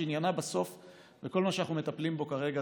שעניינה בסוף הוא כל מה שאנחנו מטפלים בו כרגע,